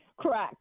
Correct